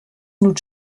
new